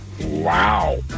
Wow